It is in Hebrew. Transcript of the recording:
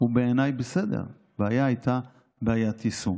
בעיניי הוא בסדר, הבעיה הייתה בעיית יישום.